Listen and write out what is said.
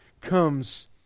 comes